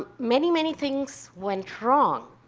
ah many many things went wrong.